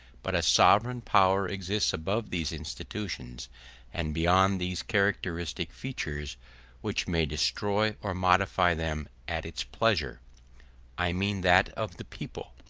but a sovereign power exists above these institutions and beyond these characteristic features which may destroy or modify them at its pleasure i mean that of the people.